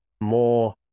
more